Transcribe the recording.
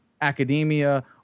academia